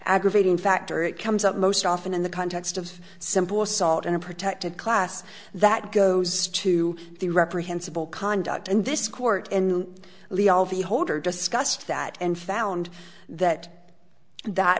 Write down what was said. aggravating factor it comes up most often in the context of a simple assault in a protected class that goes to the reprehensible conduct and this court in the holder discussed that and found that that